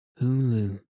Hulu